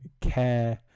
care